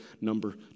number